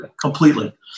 completely